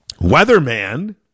weatherman